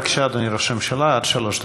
בבקשה, אדוני ראש הממשלה, עד שלוש דקות.